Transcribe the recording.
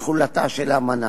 תחולתה של האמנה.